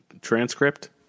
transcript